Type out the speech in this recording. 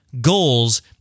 goals